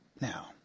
Now